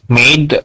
made